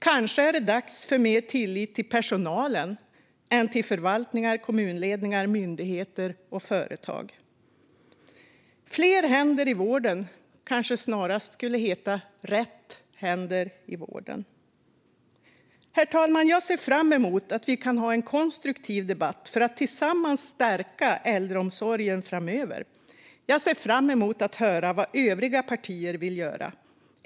Kanske är det dags för mer tillit till personalen än till förvaltningar, kommunledningar, myndigheter och företag. "Fler händer i vården" kanske snarare skulle heta "rätt händer i vården". Herr talman! Jag ser fram emot en konstruktiv debatt för att tillsammans stärka äldreomsorgen framöver. Jag ser fram emot att höra vad övriga partier vill göra.